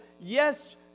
yes